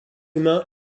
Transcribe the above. humain